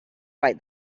fight